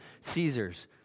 Caesar's